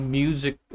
music